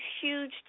huge